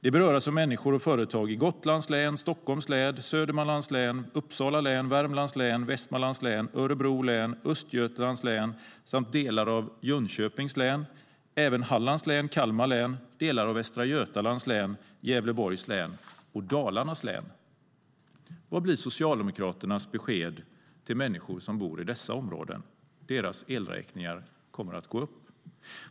Det berör människor och företag i Gotlands län, Stockholms län, Södermanlands län, Uppsala län, Värmlands län, Västmanlands län, Örebro län, Östergötlands län samt delar av Jönköpings län, även Hallands län, Kalmar län, delar av Västra Götalands län, Gävleborgs län och Dalarnas län. Vad blir Socialdemokraternas besked till människor som bor i dessa områden? Deras elräkningar kommer gå upp.